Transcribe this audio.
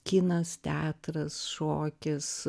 kinas teatras šokis